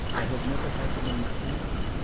i have never had them in my hands.